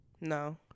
No